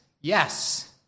Yes